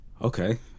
okay